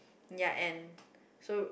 yeah and so